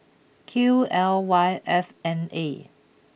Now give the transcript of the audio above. Q L Y F N eight